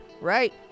Right